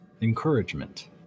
Encouragement